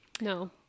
No